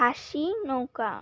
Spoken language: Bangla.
ঘাসী নৌকা